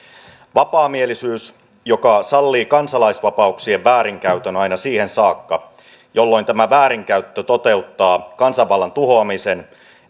vapaamielisyys joka sallii kansalaisvapauksien väärinkäytön aina siihen saakka jolloin tämä väärinkäyttö toteuttaa kansanvallan tuhoamisen